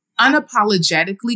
unapologetically